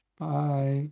bye